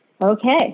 Okay